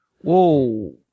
Whoa